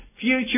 future